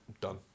Done